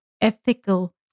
ethical